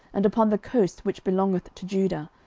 and upon the coast which belongeth to judah,